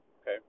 Okay